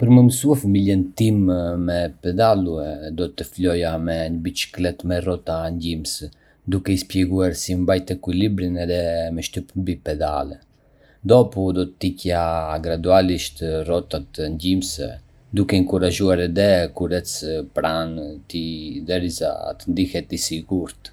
Për me mësue fëmijën tim me pedalue, do të filloja me një biçikletë me rrota ndihmëse, duke i shpjeguar si me mbajtë ekuilibrin edhe me shtypë mbi pedale. Dopu, do t’i hiqja gradualisht rrotat ndihmëse, duke e inkurajuar edhe duke ecë pranë tij derisa të ndihet i sigurt.